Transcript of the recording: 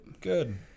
Good